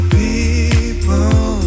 people